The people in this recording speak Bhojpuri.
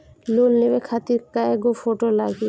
लोन लेवे खातिर कै गो फोटो लागी?